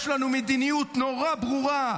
יש לנו מדיניות נורא ברורה,